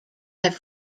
have